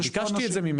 אז ביקשתי את זה ממנו,